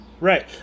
Right